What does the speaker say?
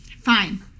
Fine